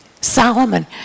Solomon